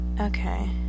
okay